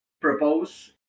propose